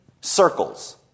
circles